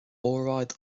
óráid